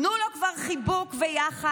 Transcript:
תנו לו כבר חיבוק ויחס,